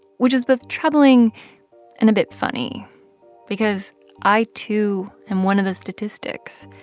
which is both troubling and a bit funny because i, too, am one of those statistics.